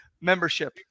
membership